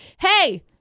hey